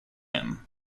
him